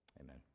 Amen